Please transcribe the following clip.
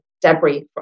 debris